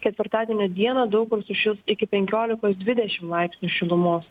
ketvirtadienio dieną daug kur sušils iki penkiolikos dvidešim laipsnių šilumos